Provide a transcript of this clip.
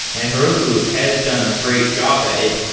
and heroku has done a great job at it.